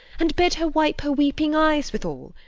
and bid her wipe her weeping eyes withal.